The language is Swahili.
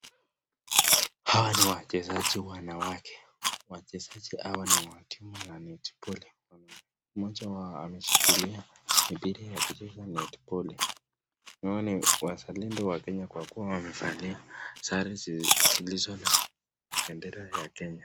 Hawa ni wachezaji wanawake. Wachezaji hawa ni wa timu ya netiboli. Mmoja wao ameshikilia mipira ya kucheza netiboli. Huu ni wazalendo wa Kenya kwa kuwa wamevalia sare zilizona bendera ya Kenya.